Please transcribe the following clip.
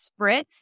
spritz